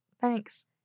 Thanks